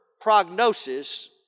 prognosis